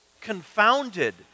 confounded